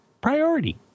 priority